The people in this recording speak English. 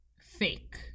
fake